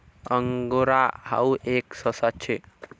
angora हाऊ एक ससा शे